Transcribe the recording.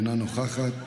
אינה נוכחת,